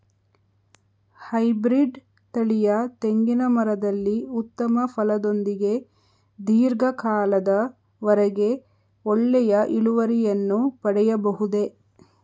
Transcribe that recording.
Hybrid ತಳಿಯ ತೆಂಗಿನ ಮರದಲ್ಲಿ ಉತ್ತಮ ಫಲದೊಂದಿಗೆ ಧೀರ್ಘ ಕಾಲದ ವರೆಗೆ ಒಳ್ಳೆಯ ಇಳುವರಿಯನ್ನು ಪಡೆಯಬಹುದೇ?